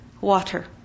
water